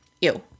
Ew